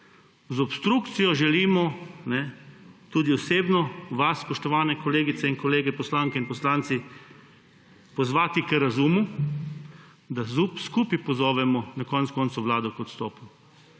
Z obstrukcijo želimo tudi osebno vas, spoštovane kolegice in kolege poslanke in poslanci, pozvati k razumu, da skupaj pozovemo na koncu koncev vlado k odstopu.